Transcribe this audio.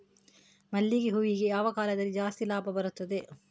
ಮಲ್ಲಿಗೆ ಹೂವಿಗೆ ಯಾವ ಕಾಲದಲ್ಲಿ ಜಾಸ್ತಿ ಲಾಭ ಬರುತ್ತದೆ?